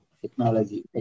Technology